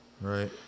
Right